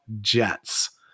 Jets